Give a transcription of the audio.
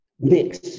mix